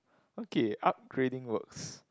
okay upgraded works